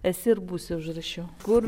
esi ir būsi užrašiau kur mes ją